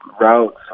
routes